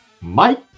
Mike